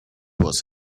was